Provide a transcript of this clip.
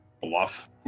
bluff